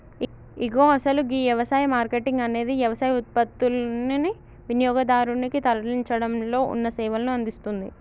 ఇగో అసలు గీ యవసాయ మార్కేటింగ్ అనేది యవసాయ ఉత్పత్తులనుని వినియోగదారునికి తరలించడంలో ఉన్న సేవలను అందిస్తుంది